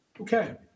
Okay